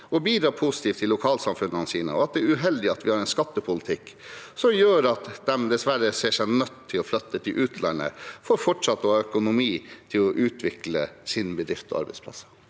og bidrar positivt til lokalsamfunnene sine, og at det er uheldig at vi har en skattepolitikk som gjør at de dessverre ser seg nødt til å flytte til utlandet for fortsatt å ha økonomi til å utvikle sine bedrifter og arbeidsplasser?